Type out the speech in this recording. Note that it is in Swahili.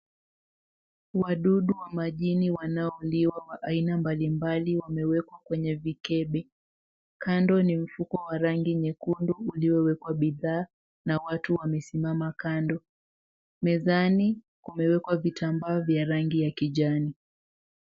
Wadudu wa majini wanaoliwa wa aina mbalimbali wamewekwa kwenye vikebe. Kando ni mfuko wa rangi nyekundu uliowekwa bidhaa na watu wamesimama kando. Mezani kumewekwa vitambaa vya rangi ya kijani.